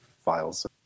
files